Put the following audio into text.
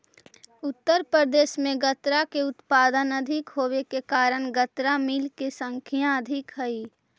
उत्तर प्रदेश में गन्ना के उत्पादन अधिक होवे के कारण गन्ना मिलऽ के संख्या अधिक हई